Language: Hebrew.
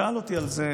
שאל אותי על זה,